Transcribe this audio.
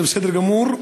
זה בסדר גמור,